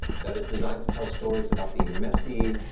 that is designed to tell stories about the messy,